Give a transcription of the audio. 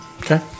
Okay